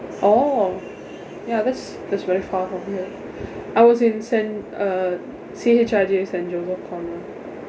oh ya that's that's very far from here I was in saint uh C_H_I_J saint joseph convent